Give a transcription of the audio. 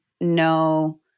no